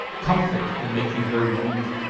comfort can make you very weak.